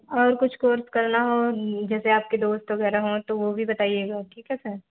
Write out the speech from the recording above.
और कुछ कोर्स करना हो जैसे आपके दोस्त वग़ैरह है तो वो भी बताइएगा ठीक है सर